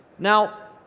now,